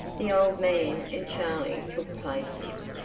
the old man and charley took places,